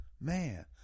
man